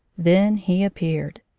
then he appeared.